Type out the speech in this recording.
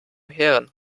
herrn